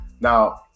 Now